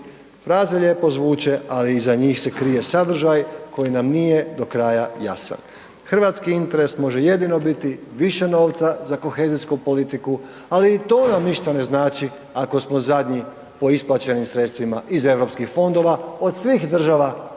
fraze lijepo zvuče ali iza njih se krije sadržaj koji nam nije do kraja jasan. Hrvatski interes može jedino biti više novca za kohezijsku politiku a li to nam ništa ne znači ako smo zadnji po isplaćenim sredstvima iz eu fondova od svih država EU.